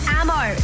ammo